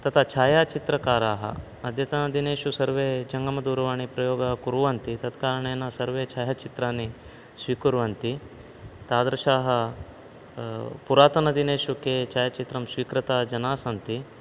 तथा छायाचित्रकाराः अद्यतनदिनेषु सर्वे जङ्गमदूरवाणिप्रयोगः कुर्वन्ति तत्कारणेन सर्वे छायाचित्राणि स्वीकुर्वन्ति तादृशाः पुरातनदिनेषु के छायाचित्रं स्वीकृता जनाः सन्ति